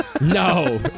No